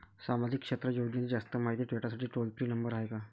सामाजिक क्षेत्र योजनेची जास्त मायती भेटासाठी टोल फ्री नंबर हाय का?